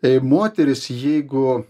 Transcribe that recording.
tai moterys jeigu